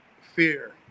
Fear